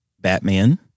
Batman